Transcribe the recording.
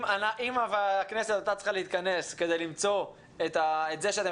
אם הכנסת הייתה צריכה להתכנס כדי למצוא את זה שאתם